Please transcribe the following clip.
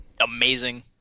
amazing